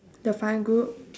the fun group